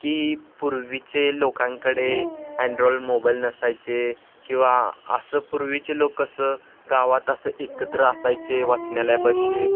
की पूर्वीचे लोकांकडे अँड्रॉईड मोबाईल नसायचे किंवा असं पूर्वीचे लोक कसं गावात असं एकत्र असायचे वाचनालयापाशी